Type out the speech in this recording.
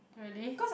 really